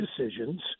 decisions